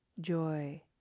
joy